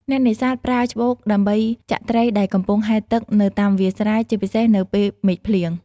អ្នកនេសាទប្រើច្បូក ដើម្បីចាក់ត្រីដែលកំពុងហែលទឹកនៅតាមវាស្រែ ជាពិសេសនៅពេលមេឃភ្លៀង។